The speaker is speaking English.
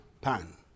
pan